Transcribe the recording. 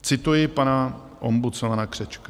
Cituji pana ombudsmana Křečka.